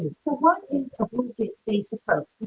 so, what is the base approach